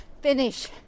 finish